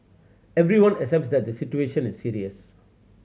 everyone accepts that the situation is serious